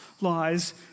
lies